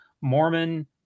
Mormon